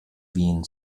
bhíonn